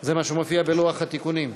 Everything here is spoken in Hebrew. זה מה שמופיע בלוח התיקונים.